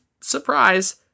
surprise